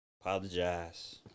apologize